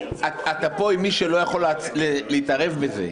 אתה פה עם מי שלא יכול להתערב בזה.